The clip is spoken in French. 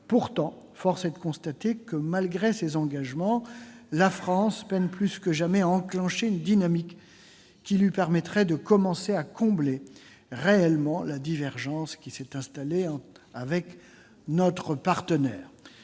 Pourtant, force est de le constater, malgré ces engagements, la France peine plus que jamais à enclencher une dynamique qui lui permettrait de commencer à combler réellement la divergence qui s'est installée avec notre partenaire.